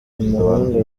umuhungu